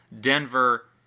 Denver